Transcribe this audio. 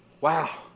Wow